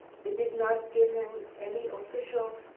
they did not give him any official,